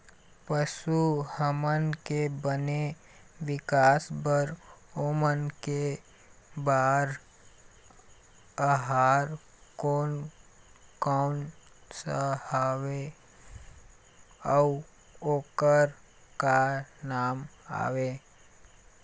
पशु हमन के बने विकास बार ओमन के बार आहार कोन कौन सा हवे अऊ ओकर का नाम हवे?